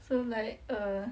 so like err